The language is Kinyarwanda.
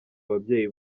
ababyeyi